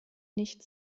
nicht